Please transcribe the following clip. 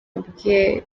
bwe